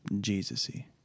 Jesus-y